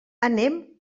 anem